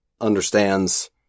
understands